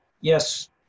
yes